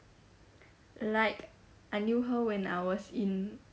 like I knew her when I was in